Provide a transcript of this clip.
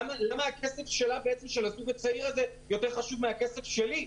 למה הכסף של הזוג הצעיר הזה יותר חשוב מהכסף שלי?